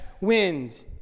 wind